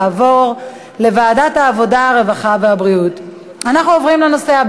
לוועדת העבודה, הרווחה והבריאות נתקבלה.